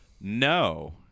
No